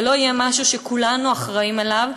זה לא יהיה משהו שכולנו אחראים לו,